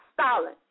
Stalin